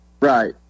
Right